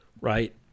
right